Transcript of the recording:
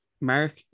Mark